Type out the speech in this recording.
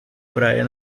praia